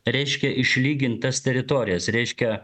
reiškia išlygint tas teritorijas reiškia